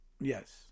Yes